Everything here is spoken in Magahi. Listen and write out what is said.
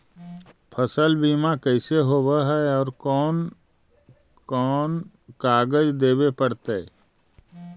फसल बिमा कैसे होब है और कोन कोन कागज देबे पड़तै है?